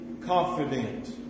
confident